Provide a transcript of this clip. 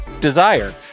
Desire